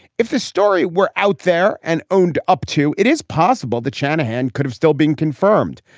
if this story were out there and owned up to it is possible that shanahan could've still been confirmed.